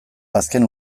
azken